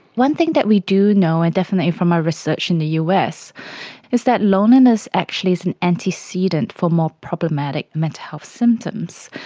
one thing that we do know and definitely from my research in the us is that loneliness actually is an antecedent for more problematic mental health symptoms.